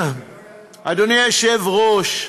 אדוני היושב-ראש,